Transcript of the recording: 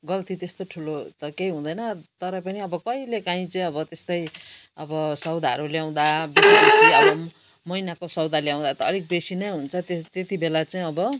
गल्ती त्यस्तो ठुलो त केही हुँदैन तर पनि अब कहिलेकाहीँ चाहिँ अब त्यस्तै अब सौदाहरू ल्याउँदा बेसी अब महिनाको सौदा ल्याउँदा त अलिक बेसी नै हुन्छ त्यो त्यति बेला चाहिँ अब